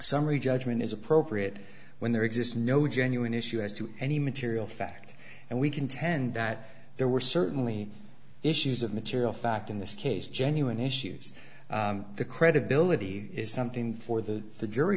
summary judgment is appropriate when there exists no genuine issue as to any material fact and we contend that there were certainly issues of material fact in this case genuine issues the credibility is something for the the jury